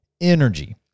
energy